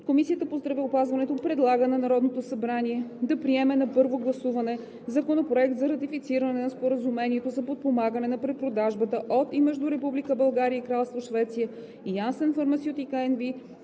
Комисията по здравеопазването предлага на Народното събрание да приеме на първо гласуване Законопроект за ратифициране на Споразумението за подпомагане на препродажбата от и между Република